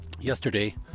yesterday